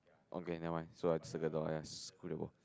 okay never mind so I just see the door as couldn't work